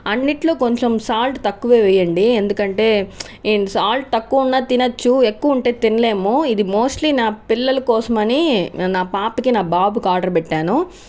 అన్నింట్లో కొంచెం సాల్ట్ తక్కువ వేయండి ఎందుకంటే నేను సాల్ట్ తక్కువ ఉన్న తినచ్చు ఎక్కువ ఉంటే తినలేము ఇది మోస్ట్లీ నా పిల్లల కోసమని నా పాపకి నా బాబుకు ఆర్డర్ పెట్టాను